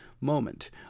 moment